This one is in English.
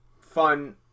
fun